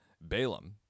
Balaam